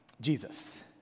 Jesus